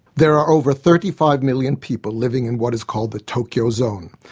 there are over thirty five million people living in what is called the tokyo zone,